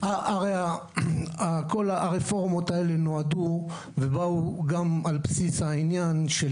כל הרפורמות האלה נועדו ובאו גם על בסיס העניין של